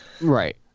Right